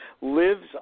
lives